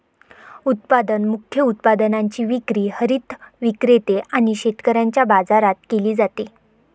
उत्पादन मुख्य उत्पादनाची विक्री हरित विक्रेते आणि शेतकऱ्यांच्या बाजारात केली जाते